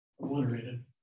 obliterated